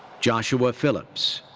joshua phillips.